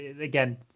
again